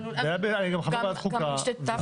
זה היה בוועדת החוקה.